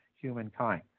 humankind